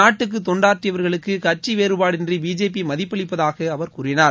நாட்டுக்கு தொண்டாற்றியவர்களுக்கு கட்சி வேறுபாடின்றி பிஜேபி மதிப்பளிப்பதாக அவர் கூறினார்